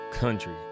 Country